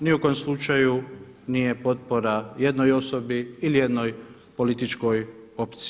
Ni u kom slučaju nije potpora jednoj osobi ili jednoj političkoj opciji.